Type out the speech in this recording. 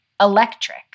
electric